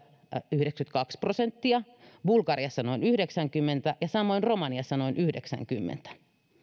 yhdeksänkymmentäkaksi prosenttia bulgariassa noin yhdeksänkymmentä ja samoin romaniassa noin yhdeksännessäkymmenennessä